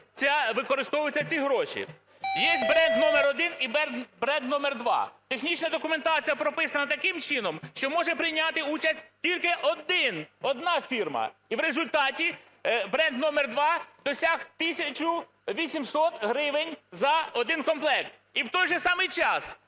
використовуються ці гроші. Є бренд номер 1 і бренд номер 2. Технічна документація прописана таким чином, що може прийняти участь тільки один, одна фірма. І в результаті бренд номер 2 досяг 1 тисячу 800 гривень за один комплект. І в той же самий час,